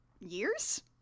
years